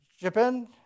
Japan